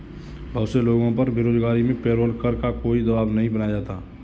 बहुत से लोगों पर बेरोजगारी में पेरोल कर का कोई दवाब नहीं बनाया जाता है